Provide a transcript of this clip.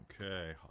Okay